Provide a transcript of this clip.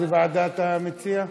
איזו ועדה אתה מציע?